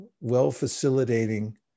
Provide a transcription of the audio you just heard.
well-facilitating